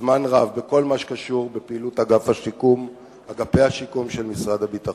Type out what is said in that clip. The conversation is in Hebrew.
זמן רב בכל מה שקשור לפעילות אגפי השיקום של משרד הביטחון,